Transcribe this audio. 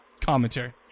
Commentary